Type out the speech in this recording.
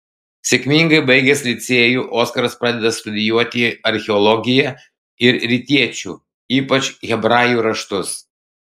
sėkmingai baigęs licėjų oskaras pradeda studijuoti archeologiją ir rytiečių ypač hebrajų raštus